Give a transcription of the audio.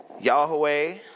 Yahweh